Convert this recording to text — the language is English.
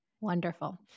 Wonderful